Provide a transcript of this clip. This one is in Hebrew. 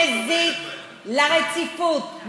מזיק לרציפות,